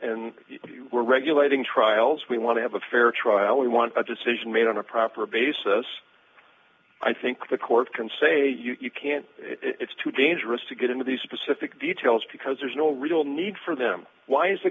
and we're regulating trials we want to have a fair trial we want a decision made on a proper basis i think the court can say you can't it's too dangerous to get into these specific details because there's no real need for them why is the